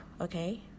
okay